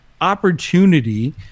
opportunity